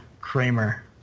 Kramer